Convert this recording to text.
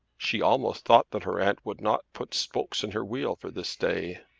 she almost thought that her aunt would not put spokes in her wheel for this day.